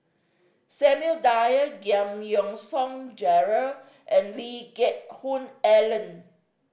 Samuel Dyer Giam Yean Song Gerald and Lee Geck Hoon Ellen